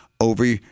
over